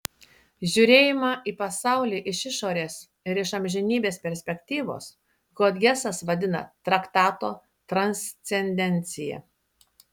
žiūrėjimą į pasaulį iš išorės ir iš amžinybės perspektyvos hodgesas vadina traktato transcendencija